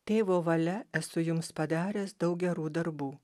tėvo valia esu jums padaręs daug gerų darbų